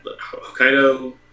Hokkaido